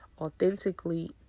authentically